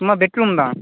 சும்மா பெட்ரூம் தான்